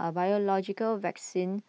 a biological vaccine